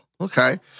Okay